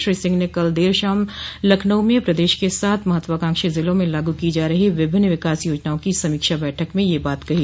श्री सिंह ने कल देर शाम लखनऊ में प्रदेश के सात महत्वाकांक्षी जिलों में लागू की जा रही विभिन्न विकास योजनाओं की समीक्षा बैठक में यह बात कही